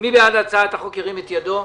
מי בעד הצעת החוק ירים את ידו.